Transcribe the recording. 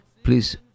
Please